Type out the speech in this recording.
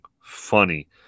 funny